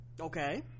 Okay